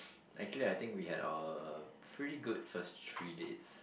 actually I think we had our pretty good first three dates